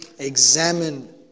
Examine